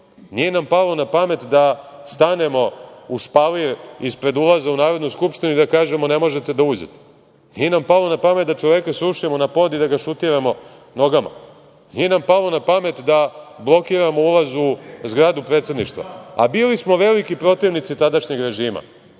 Nije nam palo na pamet da stanemo u špalir ispred ulaza u Narodnu skupštinu i da kažemo ne možete da uđete. Nije nam palo na pamet da čoveka srušimo na pod i da ga šutiramo nogama. Nije nam palo na pamet da blokiramo ulaz u zgradu Predsedništva, a bili smo veliki protivnici tadašnjeg režima,